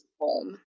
home